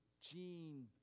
Gene